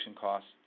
costs